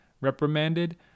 reprimanded